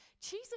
Jesus